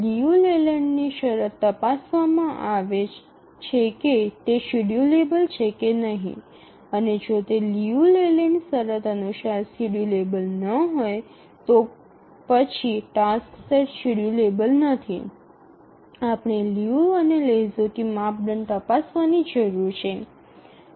Liu લેલેન્ડની શરત તપાસવામાં આવે છે કે તે શેડ્યૂલેબલ છે કે નહીં અને જો તે લિયુ લેલેન્ડ શરત અનુસાર શેડ્યૂલેબલ ન હોય તો પછી ટાસક્સ સેટ શેડ્યૂલેબલ નથી આપણે લિયુ અને લેહોકસ્કી માપદંડ તપાસવાની જરૂર છે